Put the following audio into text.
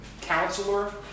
counselor